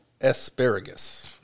asparagus